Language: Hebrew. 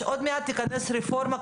עוד מעט תיכנס הרפורמה,